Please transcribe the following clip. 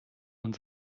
und